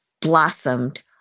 blossomed